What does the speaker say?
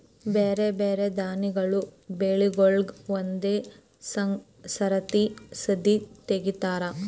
ಬ್ಯಾರೆ ಬ್ಯಾರೆ ದಾನಿಗಳ ಬೆಳಿಗೂಳಿಗ್ ಒಂದೇ ಸರತಿ ಸದೀ ತೆಗಿತಾರ